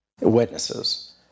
witnesses